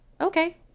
okay